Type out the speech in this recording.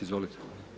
Izvolite.